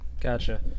gotcha